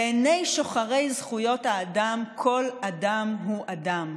בעיני שוחרי זכויות האדם כל אדם הוא אדם,